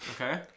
okay